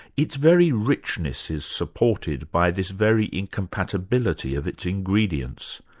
its very richness is supported by this very incompatibility of its ingredients.